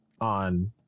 on